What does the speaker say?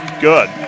Good